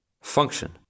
Function